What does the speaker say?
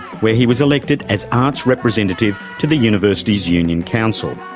where he was elected as arts' representative to the university's union council.